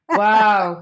wow